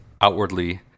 outwardly